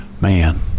man